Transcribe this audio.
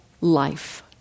life